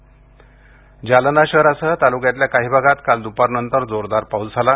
जालना जालना शहरासह ताल्क्यातल्या काही भागात काल दुपारनंतर जोरदार पाऊस झाला